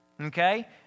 okay